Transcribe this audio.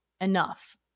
enough